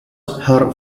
her